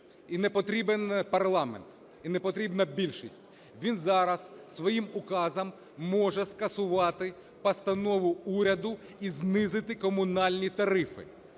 і не потрібен парламент, і не потрібна більшість. Він зараз своїм указом може скасувати постанову уряду і знизити комунальні тарифи.